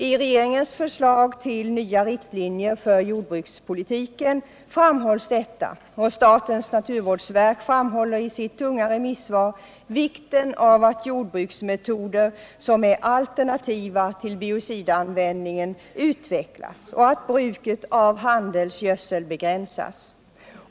I regeringens förslag till nya riktlinjer för jordbrukspolitiken framhålls detta, och statens naturvårdsverk framhåller i sitt tunga remissvar vikten av att jordbruksmetoder som är alternativa till biocidanvändningen utvecklas och all bruket av handelsgödsel begränsas.